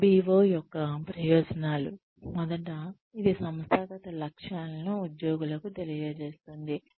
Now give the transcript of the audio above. MBO యొక్క ప్రయోజనాలు మొదట ఇది సంస్థాగత లక్ష్యాలను ఉద్యోగులకు తెలియజేస్తుంది